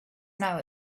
now